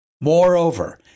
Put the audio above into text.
Moreover